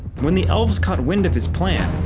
when the elves caught wind of his plan,